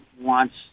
wants